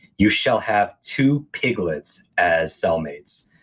you shall have to piglets as cellmates.